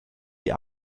die